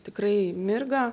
tikrai mirga